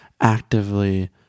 actively